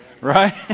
Right